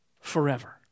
forever